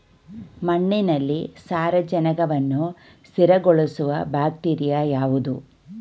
ಮಣ್ಣಿನಲ್ಲಿ ಸಾರಜನಕವನ್ನು ಸ್ಥಿರಗೊಳಿಸುವ ಬ್ಯಾಕ್ಟೀರಿಯಾ ಯಾವುದು?